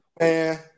man